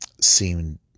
seem